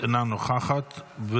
אינה נוכחת.